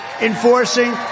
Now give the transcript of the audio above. enforcing